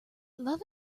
love